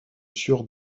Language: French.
sur